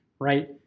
right